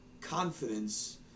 confidence